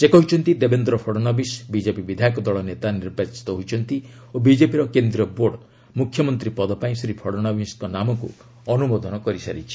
ସେ କହିଛନ୍ତି ଦେବେନ୍ଦ୍ର ଫଡ଼ନବିସ୍ ବିଜେପି ବିଧାୟକ ଦଳ ନେତା ନିର୍ବାଚିତ ହୋଇଛନ୍ତି ଓ ବିଜେପିର କେନ୍ଦ୍ରୀୟ ବୋର୍ଡ ମୁଖ୍ୟମନ୍ତ୍ରୀ ପଦ ପାଇଁ ଶ୍ରୀ ଫଡ଼ନବିସ୍କ ନାମକୁ ଅନ୍ତ୍ରମୋଦନ କରିଛି